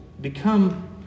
become